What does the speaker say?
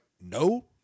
no